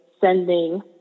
sending